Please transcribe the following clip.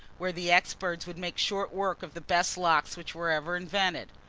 where the experts would make short work of the best locks which were ever invented.